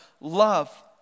love